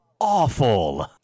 awful